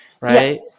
Right